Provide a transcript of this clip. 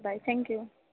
bye thank you